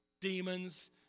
demons